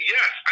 Yes